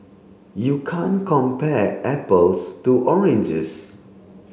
you can't compare apples to oranges